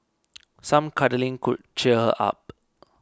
some cuddling could cheer her up